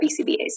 BCBA's